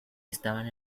estaban